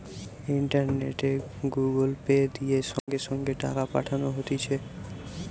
ইন্টারনেটে Google Pay, দিয়ে সঙ্গে সঙ্গে টাকা পাঠানো হতিছে